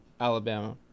Alabama